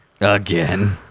again